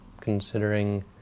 considering